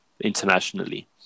internationally